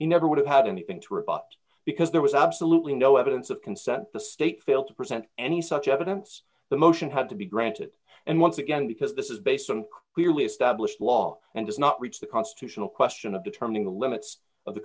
you never would have had anything to rebut because there was absolutely no evidence of consent the state failed to present any such evidence the motion had to be granted and once again because this is based on clearly established law and does not reach the constitutional question of determining the limits of the